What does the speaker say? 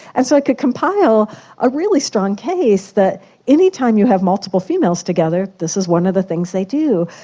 and so i could compile a really strong case that any time you have multiple females together, this is one of the things they do.